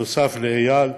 נוסף על איל,